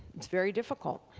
it's very difficult.